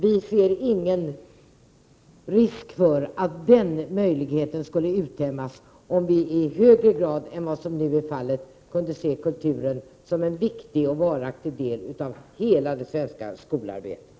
Vi ser ingen risk för att den möjligheten skulle uttömmas, om kulturen i högre grad än vad som nu är fallet kunde ses som en viktig och varaktig del av hela det svenska skolarbetet.